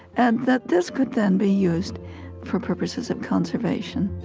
and that this could then be used for purposes of conservation